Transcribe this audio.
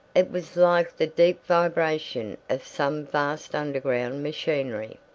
it was like the deep vibration of some vast underground machinery,